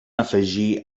afegir